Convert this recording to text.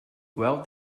well